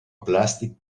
plastic